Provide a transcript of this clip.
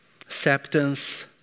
acceptance